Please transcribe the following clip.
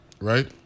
right